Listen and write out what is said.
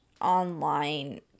online